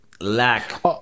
lack